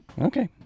Okay